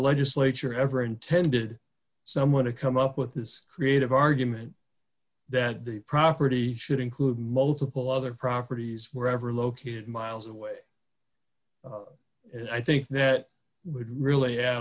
legislature ever intended someone to come up with this creative argument that the property should include multiple other properties wherever located miles away and i think that would really ad